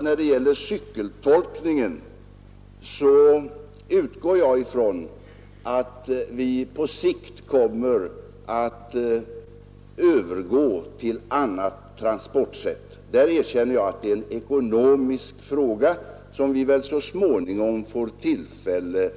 När det gäller cykeltolkningen tror jag att vi på sikt kommer att övergå till annat transportsätt; jag erkänner att det är en ekonomisk fråga som vi väl så småningom får tillfälle